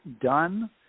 done